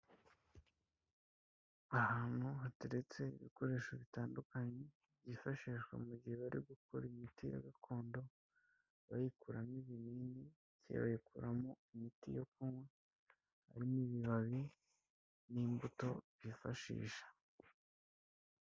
Ahantu hateretse ibikoresho bitandukanye byifashishwa mu gihe bari gukora imiti ya gakondo bayikuramo ibinini bakayikuramo imiti yo kunywa harimo ibibabi n'imbuto byifashisha.